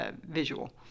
visual